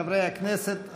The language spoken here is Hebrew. אורי מקלב ויצחק פינדרוס,